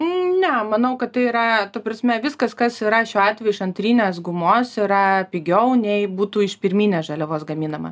ne manau kad tai yra ta prasme viskas kas yra šiuo atveju iš antrinės gumos yra pigiau nei būtų iš pirminės žaliavos gaminama